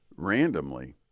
randomly